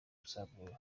luxembourg